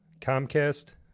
Comcast